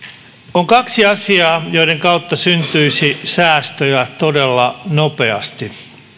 on kaksi asiaa joiden kautta syntyisi säästöjä todella nopeasti